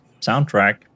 soundtrack